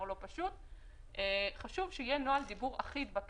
חשוב שהוא יהיה אחיד.